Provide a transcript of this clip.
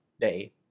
day